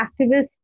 activists